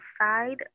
side